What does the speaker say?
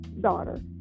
daughter